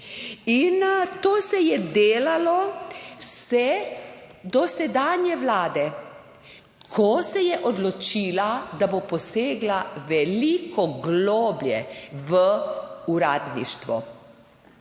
In to se je delalo vse dosedanje vlade, ko se je odločila, da bo posegla veliko globlje v uradništvo.